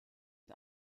und